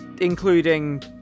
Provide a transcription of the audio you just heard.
including